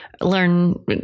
learn